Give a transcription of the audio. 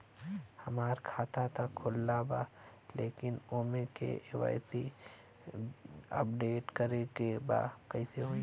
हमार खाता ता खुलल बा लेकिन ओमे के.वाइ.सी अपडेट करे के बा कइसे होई?